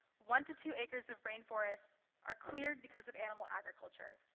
one to two acres of rainforest are cleared because of animal agriculture.